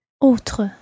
Autre